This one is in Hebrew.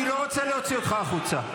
אני לא רוצה להוציא אותך החוצה,